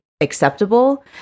acceptable